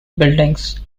buildings